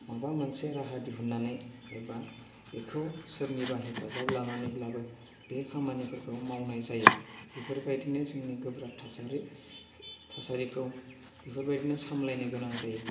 माबा मोनसे राहा दिहुन्नानै एबा बेखौ सोरनिबा हेफाजाब लानानैब्लाबो बे खामानिफोरखौ मावनाय जायो बेफोरबादिनो जोंनि गोब्राब थासारि थासारिखौ बेफोरबादिनो सामलायनो गोनां जायो